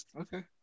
Okay